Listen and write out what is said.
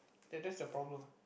then that's the problem